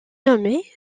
nommée